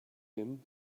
him